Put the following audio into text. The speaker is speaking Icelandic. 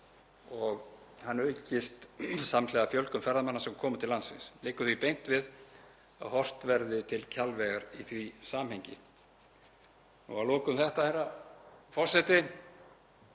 að hann aukist samhliða fjölgun ferðamanna sem koma til landsins. Liggur því beint við að horft verði til Kjalvegar í því samhengi. Að lokum þetta, herra forseti: